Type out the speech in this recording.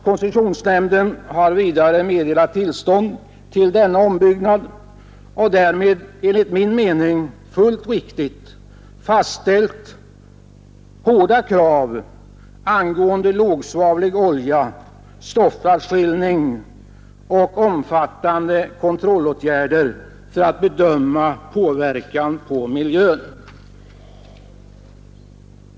Koncessionsnämnden har meddelat tillstånd till denna ombyggnad och därvid, enligt min mening fullt riktigt, fastställt hårda krav angående lågsvavlig olja, stoftavskiljning och omfattande kontrollåtgärder för att bedöma påverkan på miljön.